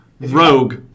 Rogue